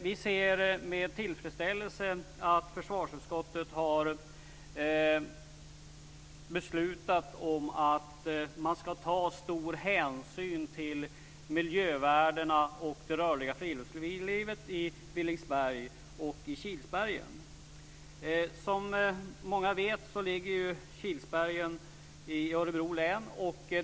Vi ser med tillfredsställelse att försvarsutskottet har ansett att man ska ta stor hänsyn till miljövärdena och det rörliga friluftslivet i Villingsberg och Som många vet ligger Kilsbergen i Örebro län.